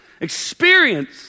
experience